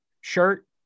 shirt